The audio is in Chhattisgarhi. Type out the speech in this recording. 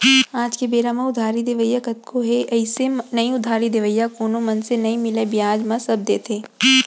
आज के बेरा म उधारी देवइया कतको हे अइसे नइ उधारी देवइया कोनो मनसे नइ मिलय बियाज म सब देथे